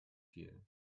viel